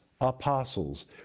apostles